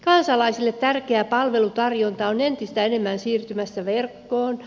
kansalaisille tärkeä palvelutarjonta on entistä enemmän siirtymässä verkkoon